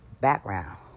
background